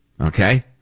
Okay